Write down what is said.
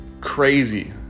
Crazy